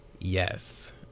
Yes